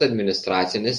administracinis